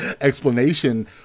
explanation